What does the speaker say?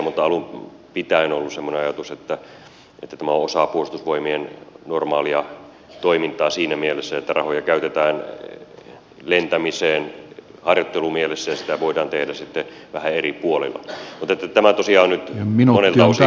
mutta alun pitäen on ollut semmoinen ajatus että tämä on osa puolustusvoimien normaalia toimintaa siinä mielessä että rahoja käytetään lentämiseen harjoittelumielessä ja sitä voidaan tehdä vähän eri puolilla mutta tämä asia oli minulle nousee